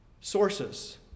sources